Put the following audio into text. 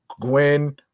gwen